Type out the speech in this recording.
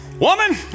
Woman